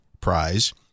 prize